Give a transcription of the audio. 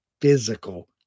physical